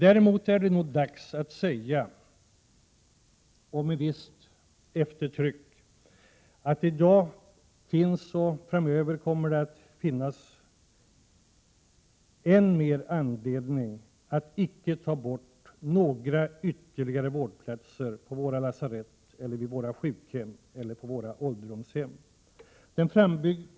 Däremot är det nog dags att med visst eftertryck säga att vi i dag har ännu större anledning — och så kommer det vara även framöver — att icke ta bort några ytterligare vårdplatser på lasaretten, sjukhemmen eller ålderdomshemmen.